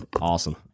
Awesome